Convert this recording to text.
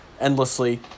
endlessly